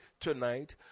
tonight